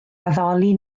addoli